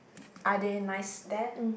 are they nice there